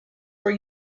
were